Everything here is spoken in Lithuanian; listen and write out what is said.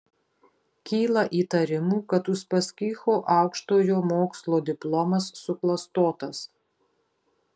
kyla įtarimų kad uspaskicho aukštojo mokslo diplomas suklastotas